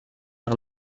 air